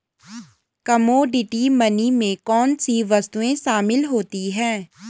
Commodity money में कौन सी वस्तुएं शामिल होती हैं?